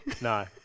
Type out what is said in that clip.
No